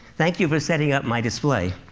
thank you for setting up my display.